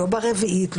לא ברביעית,